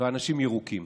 ואנשים ירוקים.